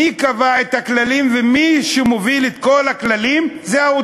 מי שקבע את הכללים ומי שהוביל את כל הכללים זה האוצר.